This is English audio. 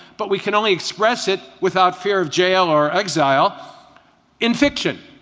but we can only express it without fear of jail or exile in fiction.